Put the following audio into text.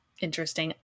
interesting